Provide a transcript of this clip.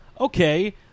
okay